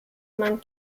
man